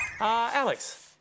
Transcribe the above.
Alex